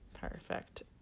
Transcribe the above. Perfect